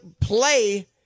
play